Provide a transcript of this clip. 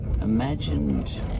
imagined